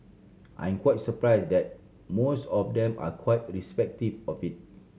I'm quite surprised that most of them are quite respective of